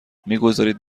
میگذارید